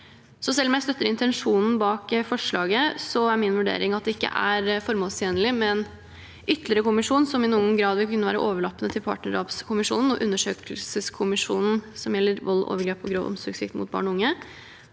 Selv om jeg støtter intensjonen bak forslaget, er min vurdering at det ikke er formålstjenlig med en ytterligere kommisjon, som i noen grad vil kunne være overlappende til partnerdrapskommisjonen og undersøkelseskommisjonen som gjelder vold, overgrep og grov omsorgssvikt mot barn og unge.